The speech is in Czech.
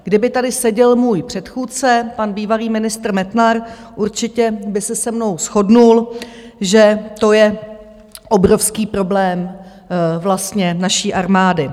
Kdyby tady seděl můj předchůdce, pan bývalý ministr Metnar, určitě by se se mnou shodl, že to je obrovský problém vlastně naší armády.